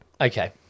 Okay